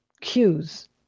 cues